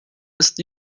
ist